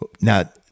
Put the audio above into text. Now